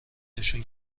نشون